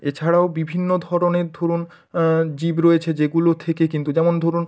এছাড়াও বিভিন্ন ধরনের ধরুন জীব রয়েছে যেগুলো থেকে কিন্তু যেমন ধরুন